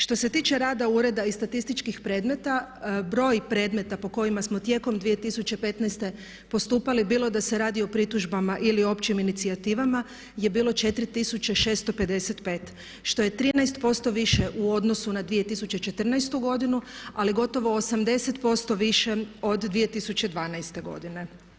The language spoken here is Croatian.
Što se tiče rada ureda i statističkih predmeta broj predmeta po kojima smo tijekom 2015. postupali bili da se radi o pritužbama ili općim inicijativama je bilo 4655 što je 13% više u odnosu na 2014. godinu ali gotovo 80% više od 2012. godine.